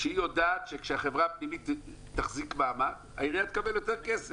כשהיא יודעת שהחברה הפנימית תחזיק מעמד העירייה תקבל יותר כסף.